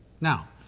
Now